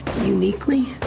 Uniquely